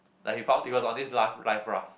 like he found it was on this life life raft